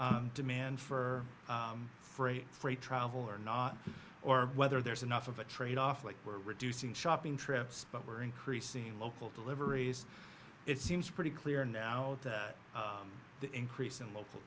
demand for freight freight travel or not or whether there's enough of a tradeoff like we're reducing shopping trips but we're increasing local deliveries it seems pretty clear now that the increase in local